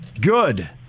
Good